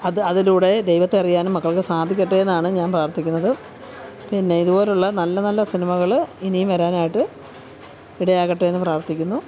അത് അതിലൂടെ ദൈവത്തെ അറിയാനും മക്കൾക്ക് സാധിക്കട്ടേയെന്നാണ് ഞാൻ പ്രാർത്ഥിക്കുന്നത് പിന്നെ ഇതുപോലുള്ള നല്ല നല്ല സിനിമകൾ ഇനിയും വരാനായിട്ട് ഇടയാകട്ടെയെന്ന് പ്രാർത്ഥിക്കുന്നു